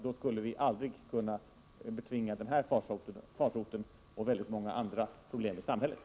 Då skulle vi aldrig kunna betvinga den här farsoten eller många andra problem i samhället.